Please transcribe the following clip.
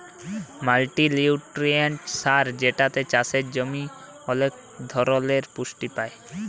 multinutrient সার যেটাতে চাসের জমি ওলেক ধরলের পুষ্টি পায়